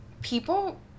people